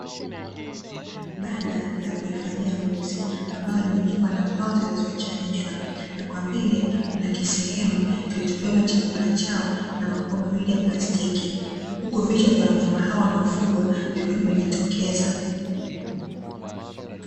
Banda la kuhifadhia mbuzi ambalo limejengwa na mbao zilizoachanishwa, na kwa mbele kuna kisehemu kilichobeba chakula chao na makopo mawili ya plastiki, huku vichwa vya wanyama hao wanaofugwa vikiwa vimejitokeza.